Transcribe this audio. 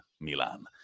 Milan